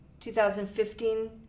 2015